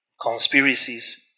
conspiracies